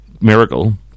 miracle